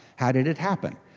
how did it happen?